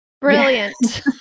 brilliant